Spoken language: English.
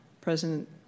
President